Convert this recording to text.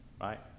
Right